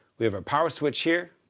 we have a power switch here,